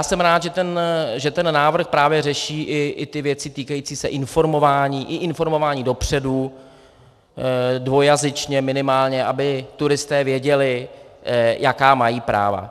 Jsem rád, že ten návrh právě řeší i ty věci týkající se informování, i informování dopředu, dvojjazyčně minimálně, aby turisté věděli, jaká mají práva.